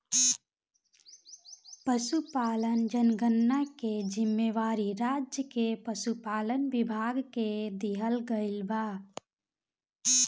पसुपालन जनगणना के जिम्मेवारी राज्य के पसुपालन विभाग के दिहल गइल बा